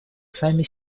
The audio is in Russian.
сами